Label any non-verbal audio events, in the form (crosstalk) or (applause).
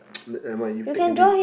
(noise) nevermind you take already